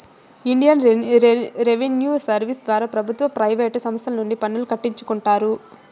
Indian revenue service ద్వారా ప్రభుత్వ private సంస్తల నుండి పన్నులు కట్టించుకుంటారు